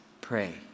pray